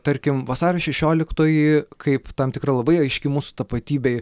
tarkim vasario šešioliktoji kaip tam tikra labai aiški mūsų tapatybei